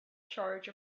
charge